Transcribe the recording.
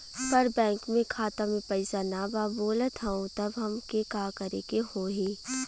पर बैंक मे खाता मे पयीसा ना बा बोलत हउँव तब हमके का करे के होहीं?